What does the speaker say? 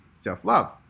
self-love